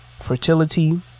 fertility